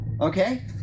okay